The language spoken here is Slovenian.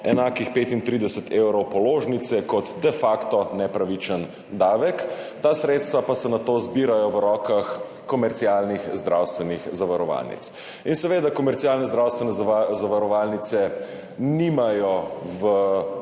enakih 35 evrov položnice kot de facto nepravičen davek, ta sredstva pa se nato zbirajo v rokah komercialnih zdravstvenih zavarovalnic. Seveda komercialne zdravstvene zavarovalnice nimajo v